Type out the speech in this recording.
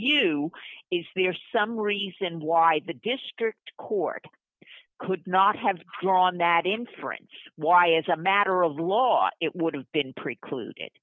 you is there some reason why the district court could not have drawn that inference why as a matter of law it would have been precluded